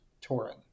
touring